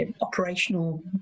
operational